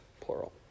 plural